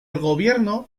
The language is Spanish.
gobierno